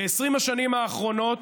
ב-20 השנים האחרונות,